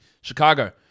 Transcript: Chicago